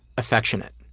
affectionate.